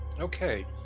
Okay